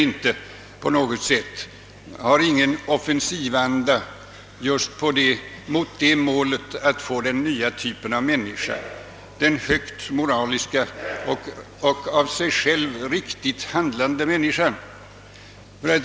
De har ingen offensivanda när det gäller att nå målet: att få fram denna nya typ av människa, den moraliskt högtstående och av sig själv riktigt handlande människan.